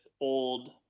old –